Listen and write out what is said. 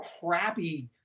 crappy